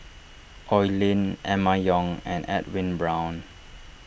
Oi Lin Emma Yong and Edwin Brown